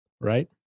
Right